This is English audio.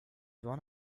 one